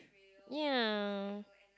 ya